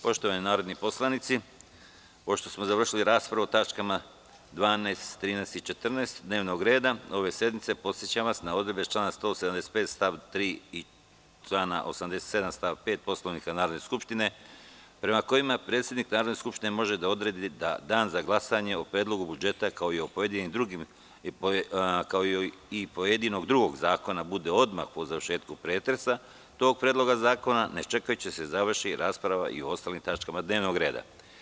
Poštovani narodni poslanici, pošto smo završili raspravu o tačkama 12, 13. i 14. dnevnog reda ove sednice, podsećam vas na odredbe člana 185. stav 3. i člana 187. stav 5. Poslovnika Narodne skupštine prema kojima predsednik Narodne skupštine može da odredi da dan za glasanje o Predlogu budžeta kao i o pojedinim drugim zakonima bude odmah po završetku pretresa tog predloga zakona, ne čekajući da se završi rasprava i o ostalim tačkama dnevnog reda.